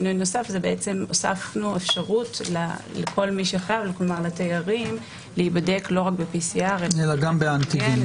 הוספנו אפשרות לתיירים להיבדק לא רק ב-PCR אלא גם באנטיגן.